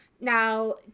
Now